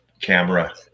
camera